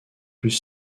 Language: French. plus